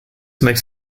makes